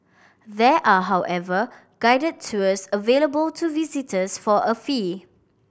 there are however guided tours available to visitors for a fee